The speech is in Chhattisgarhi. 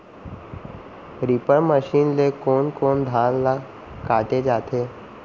रीपर मशीन ले कोन कोन धान ल काटे जाथे?